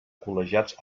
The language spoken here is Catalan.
col·legiats